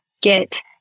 get